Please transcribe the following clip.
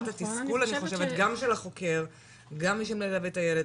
התסכול אני חושבת גם של החוקר גם של מי שמלווה את הילד